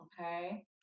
okay